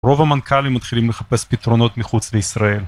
רוב המנכאלים מתחילים לחפש פתרונות מחוץ לישראל.